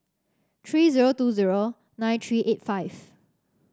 three zero two zero nine three eight five